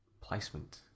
placement